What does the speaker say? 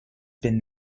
been